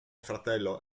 fratello